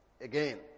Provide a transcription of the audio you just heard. Again